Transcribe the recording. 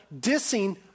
dissing